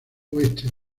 oeste